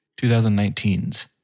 2019's